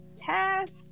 test